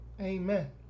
Amen